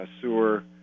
sewer